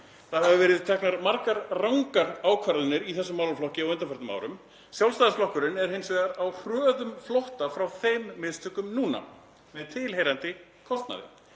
Það hafa verið teknar margar rangar ákvarðanir í þessum málaflokki á undanförnum árum. Sjálfstæðisflokkurinn er hins vegar á hröðum flótta frá þeim mistökum núna með tilheyrandi kostnaði.